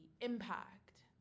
impact